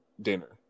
dinner